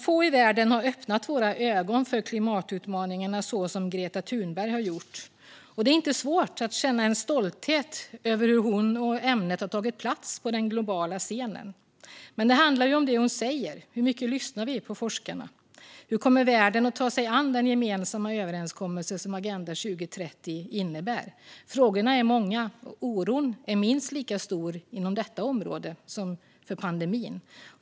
Få i världen har öppnat våra ögon för klimatutmaningarna så som Greta Thunberg har gjort, och det är inte svårt att känna en stolthet över hur hon och ämnet har tagit plats på den globala scenen. Men det handlar ju om det som hon säger: Hur mycket lyssnar vi på forskarna? Hur kommer världen att ta sig an den gemensamma överenskommelse som Agenda 2030 innebär? Frågorna är många, och oron är minst lika stor inom detta område som för pandemin.